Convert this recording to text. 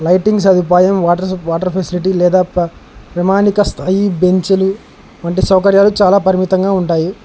lightings సదుపాయం water water facility లేదా ప్రామాణిక స్థాయి బెంచ్లు వంటి సౌకర్యాలు చాలా పరిమితంగా ఉంటాయి